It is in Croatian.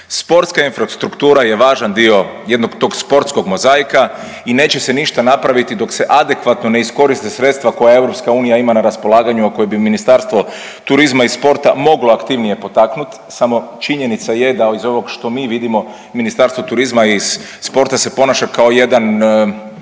Sportska infrastruktura je važan dio jednog tog sportskog mozaika i neće se ništa napraviti dok se adekvatno ne iskoriste sredstva koja EU ima na raspolaganju, a koje bi Ministarstvo turizma i sporta moglo aktivnije potaknut, samo činjenica je da iz ovog što mi vidimo Ministarstvo turizma i sporta se ponaša kao jedan